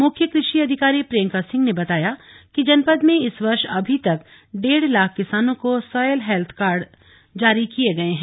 मुख्य कृषि अधिकारी प्रियंका सिंह ने बताया कि जनपद में इस वर्ष अभी तक डेढ़ लाख किसानों को सॉयल हेल्थ कार्ड जारी किए गए हैं